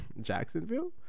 Jacksonville